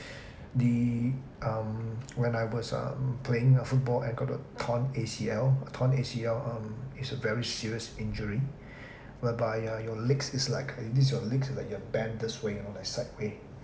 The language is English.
the um when I was um playing uh football I got a torn A_C_L a torn A_C_L um is a very serious injury whereby uh your legs is like this is your legs like you are bent this way know like side way